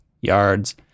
yards